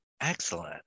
Excellent